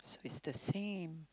it's the same